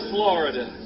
Florida